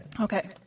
Okay